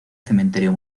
cementerio